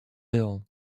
bill